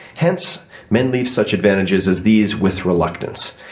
hence men leave such advantages as these with reluctance.